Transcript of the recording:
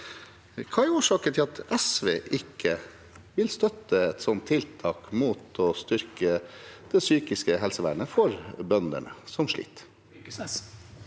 Hva er årsaken til at SV ikke vil støtte et slikt tiltak for å styrke det psykiske helsevernet til bøndene som sliter?